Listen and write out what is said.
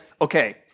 Okay